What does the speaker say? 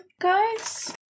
guys